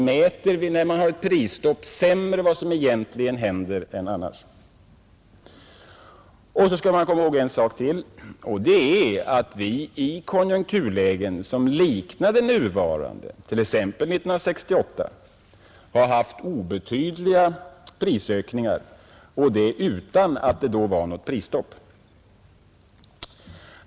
Och så skall man komma ihåg en sak till, nämligen att vi i konjunkturlägen som liknar det nuvarande, t.ex. 1968, har haft obetydliga prisökningar, och det utan att det då fanns något prisstopp.